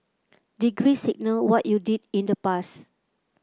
degrees signal what you did in the past